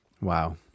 Wow